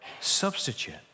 substitute